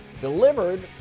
delivered